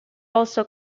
also